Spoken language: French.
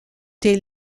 des